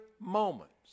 moments